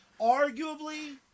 arguably